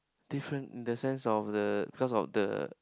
different in the sense of the cause of the